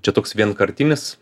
čia toks vienkartinis